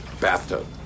bathtub